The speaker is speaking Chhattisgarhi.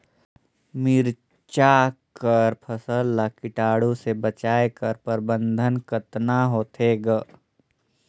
मिरचा कर फसल ला कीटाणु से बचाय कर प्रबंधन कतना होथे ग?